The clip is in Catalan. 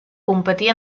competir